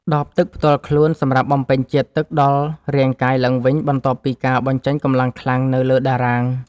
ដបទឹកផ្ទាល់ខ្លួនសម្រាប់បំពេញជាតិទឹកដល់រាងកាយឡើងវិញ បន្ទាប់ពីការបញ្ចេញកម្លាំងខ្លាំងនៅលើតារាង។